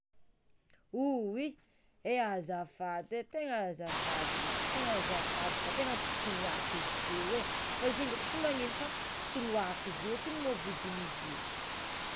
Oh oy e azafady e tegna azafady tegna azafady fa tegna tsy kiniako izy teo fa izy io ndraiky tsy magnino fa soloàko izy io oatrino moa vidin'izy io?